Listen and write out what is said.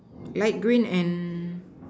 light green and